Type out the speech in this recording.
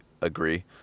agree